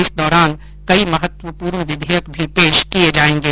इस दौरान कई महत्वपूर्ण विधेयक भी पेश किये जायेंगे